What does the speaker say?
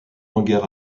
hangar